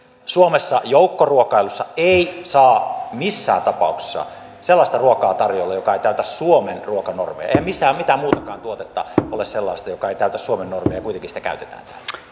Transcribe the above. suomessa joukkoruokailussa ei saa missään tapauksessa tarjoilla sellaista ruokaa joka ei täytä suomen ruokanormeja eihän missään mitään muutakaan tuotetta ole sellaista joka ei täytä suomen normeja ja jota kuitenkin käytetään